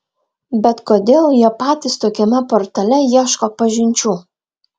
bet kodėl jie patys tokiame portale ieško pažinčių